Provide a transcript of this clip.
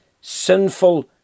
sinful